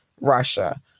Russia